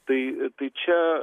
tai tai čia